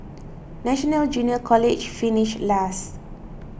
National Junior College finished last